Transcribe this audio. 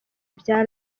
bya